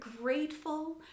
grateful